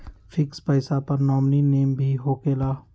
Fix पईसा पर nominee name भी होकेला?